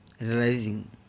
realizing